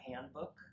handbook